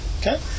Okay